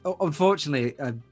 unfortunately